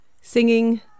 Singing